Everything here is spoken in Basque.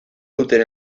duten